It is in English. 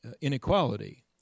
inequality